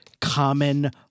common